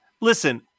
Listen